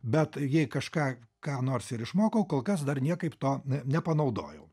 bet jei kažką ką nors ir išmokau kol kas dar niekaip to nepanaudojau